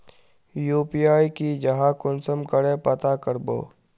UPI की जाहा कुंसम करे पता करबो?